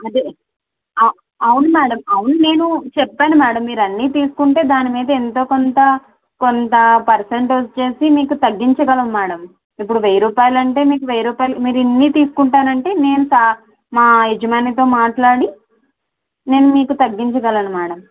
అదే ఆ అవును మేడం అవును నేను చేప్పాను మేడం మీరు అన్ని తీసుకుంటే దానిమీద ఎంతోకొంత కొంత పర్సంటేజ్ చేసి మీకు తగ్గించగలము మేడం ఇప్పుడు వెయ్యి రూపాయిలంటే మీకు వెయ్యి రూపాయిలు మీరు ఇన్ని తీసుకుంటానంటే నేను స నా యజమానితో మాట్లాడి నేను మీకు తగ్గించగలను మేడం